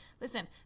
listen